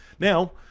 Now